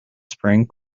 spring